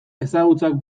ezagutzak